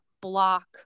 block